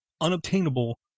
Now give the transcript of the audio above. unobtainable